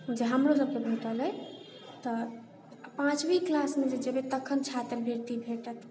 जे हमरो सबके भेटल अइ तऽ पाँचमी क्लासमे जे जेबै तखन छात्रवृति भेटत